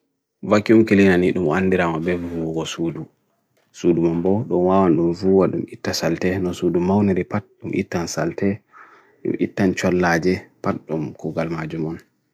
Vakium kilin nani nw'n wanda niraw mabye bw'n waw suulu. Suulu mbo, nw'n waw nn'n waw nn'n waw nn'n ita salte. Nn'n suulu maw nn'n ripat, n'n ita salte. N'n ita nchor lage, part n'n kougal majumon.